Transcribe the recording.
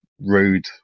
rude